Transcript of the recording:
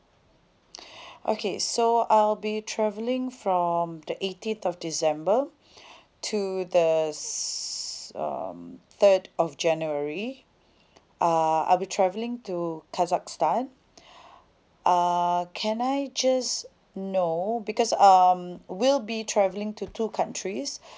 okay so I'll be travelling from the eighteenth of december to the um third of january uh I'll be travelling to kazakhstan uh can I just know because um we'll be travelling to two countries